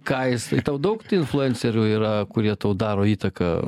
ką jisai tau daug tai influencerių yra kurie tau daro įtaką